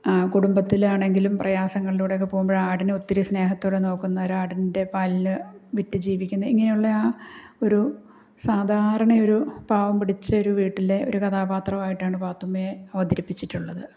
കുടുംബത്തിൽ ആണെങ്കിലും പ്രയാസങ്ങളിലൂടെയൊക്കെ പോകുമ്പോഴും ആടിനെ ഒത്തിരി സ്നേഹത്തോടെ നോക്കുന്ന ഒരു ആടിൻ്റെ പാലിനെ വിറ്റ് ജീവിക്കുന്ന ഇങ്ങനെയുള്ള ആ ഒരു സാധാരണ ഒരു പാവം പിടിച്ച ഒരു വീട്ടിലെ ഒരു കഥാപാത്രമായിട്ടാണ് പാത്തുമ്മയെ അവതരിപ്പിച്ചിട്ടുള്ളത്